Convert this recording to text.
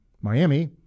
miami